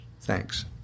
Thanks